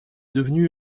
devenu